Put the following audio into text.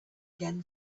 again